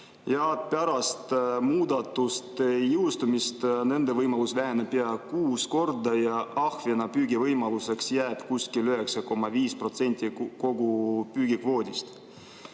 Pärast muudatuste jõustumist nende võimalus väheneb pea kuus korda ja ahvenapüügi võimaluseks jääb kuskil 9,5% kogu püügikvoodist. Kas